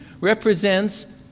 represents